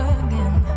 again